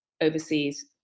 overseas